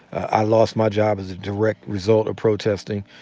i lost my job as a direct result of protesting.